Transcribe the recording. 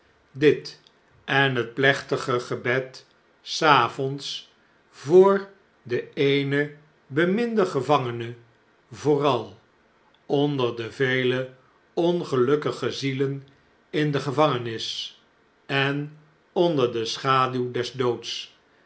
dit en het plechtige gebed s avonds voor den eenen beminden gevangene vooral onder de vele ongelukkige zielen in de gevangenis en onder de schaduw